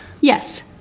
Yes